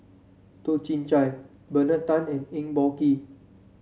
Toh Chin Chye Bernard Tan and Eng Boh Kee